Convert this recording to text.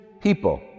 people